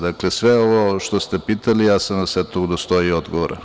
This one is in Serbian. Dakle, sve ovo što ste pitali, ja sam vas, eto, udostojio odgovora.